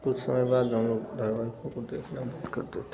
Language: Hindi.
कुछ समय बाद हम लोग धरवाहिकों को देखना बंद कर देते हैं